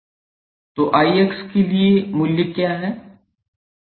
तो 𝐼𝑋 के लिए मूल्य क्या है